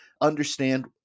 understand